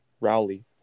Rowley